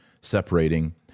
separating